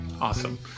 Awesome